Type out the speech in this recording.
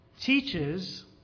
Teaches